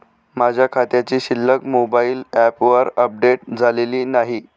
माझ्या खात्याची शिल्लक मोबाइल ॲपवर अपडेट झालेली नाही